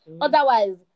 Otherwise